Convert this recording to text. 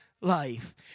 life